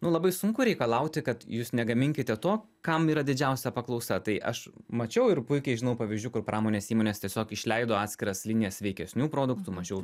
nu labai sunku reikalauti kad jūs negaminkite to kam yra didžiausia paklausa tai aš mačiau ir puikiai žinau pavyzdžių kur pramonės įmonės tiesiog išleido atskiras linijas sveikesnių produktų mažiau